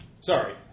Sorry